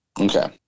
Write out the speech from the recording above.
Okay